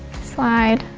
slide,